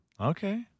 Okay